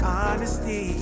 honesty